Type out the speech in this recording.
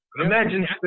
Imagine